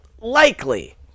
likely